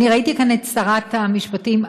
ראיתי כאן את שרת המשפטים.